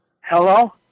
Hello